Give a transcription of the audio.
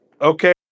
Okay